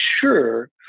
sure